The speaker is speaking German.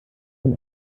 von